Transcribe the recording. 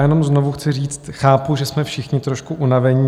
Jenom znovu chci říct, chápu, že jsme všichni trošku unavení.